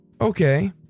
Okay